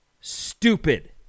stupid